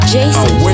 Jason